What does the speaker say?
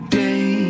day